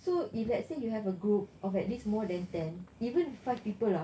so if let's say you have a group of at least more than ten even five people ah